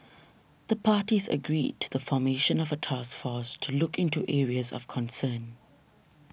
the parties agreed to the formation of a task force to look into areas of concern